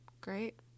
great